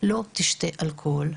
לא תשתה אלכוהול.